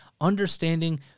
understanding